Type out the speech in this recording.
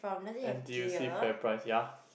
n_t_u_c Fairprice ya